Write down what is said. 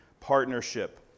partnership